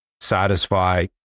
satisfy